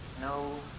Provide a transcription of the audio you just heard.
No